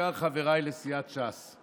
ובעיקר חבריי לסיעת ש"ס,